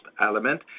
element